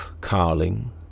Carling